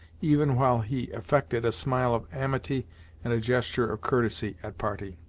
even while he affected a smile of amity and a gesture of courtesy at parting.